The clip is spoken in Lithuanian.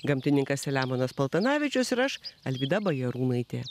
gamtininkas selemonas paltanavičius ir aš alvyda bajarūnaitė